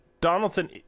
Donaldson